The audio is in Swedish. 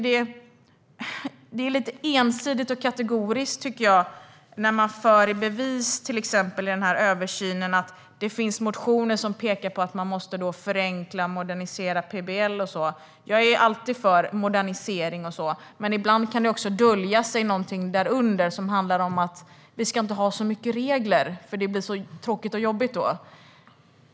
Det blir lite ensidigt och kategoriskt när man för i bevis i översynen att det finns motioner som pekar på att man måste förenkla och modernisera PBL. Jag är alltid för modernisering, men ibland kan det dölja sig något bakom som handlar om att vi inte ska ha mycket regler eftersom det blir så tråkigt och jobbigt då.